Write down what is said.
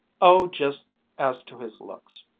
oh, just as to his looks.